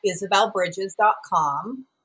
isabelbridges.com